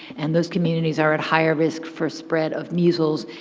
and those communities are at higher risk for spread of measles,